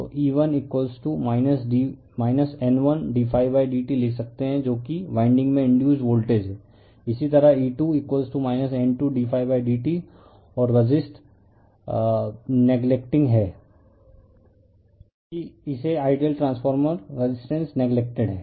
तो E1 N1 d d t लिख सकते है जो कि वाइंडिंग में इंडयुसड वोल्टेज है इसी तरह E2 N2ddt और रेसिस्ट नेग्लेक्टिंग हैं कि इसे आइडियल ट्रांसफार्मर रेजिस्टेंस नेग्लेक्टेड है